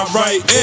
right